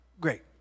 great